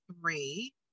three